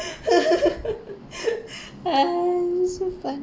so funny